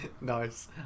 nice